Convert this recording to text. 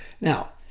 Now